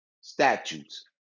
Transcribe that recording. statutes